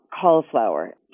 cauliflower